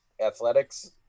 athletics